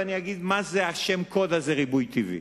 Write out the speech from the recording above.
ואני אגיד מה זה השם קוד הזה "ריבוי טבעי".